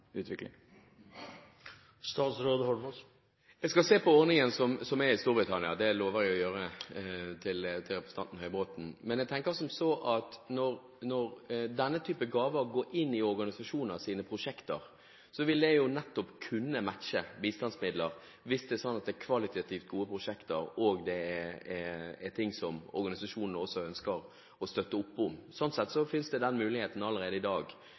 utvikling. Jeg skal se på den ordningen som de har i Storbritannia. Det lover jeg representanten Høybråten å gjøre. Men når denne type gaver går inn i organisasjonenes prosjekter, vil det nettopp kunne matche bistandsmidler hvis det er slik at det er kvalitativt gode prosjekter, og det er ting som organisasjonene også ønsker å støtte opp om. Slik sett finnes den muligheten allerede i dag